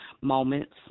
moments